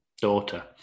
daughter